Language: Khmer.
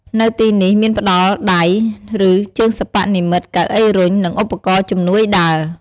នៅទីនេះមានផ្ដល់ដៃ ឬ ជើងសិប្បនិម្មិត កៅអីរុញ និងឧបករណ៍ជំនួយដើរ។